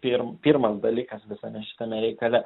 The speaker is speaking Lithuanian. pirm pirmas dalykas visame šitame reikale